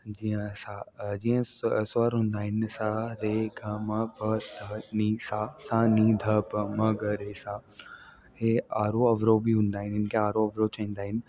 जीअं छा स्व स्वर हूंदा आहिनि सा रे ग म प ध नी सा सा नी ध प म ग रे सा हे आरोह अवरोह बि हूंदा आहिनि हिनखे आरोह अवरोह चईंदा आहिनि